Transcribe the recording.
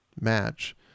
match